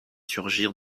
surgir